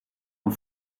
een